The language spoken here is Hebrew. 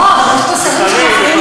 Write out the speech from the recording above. נא לסיים.